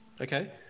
okay